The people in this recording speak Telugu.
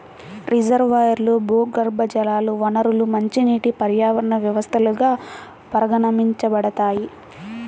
రిజర్వాయర్లు, భూగర్భజల వనరులు మంచినీటి పర్యావరణ వ్యవస్థలుగా పరిగణించబడతాయి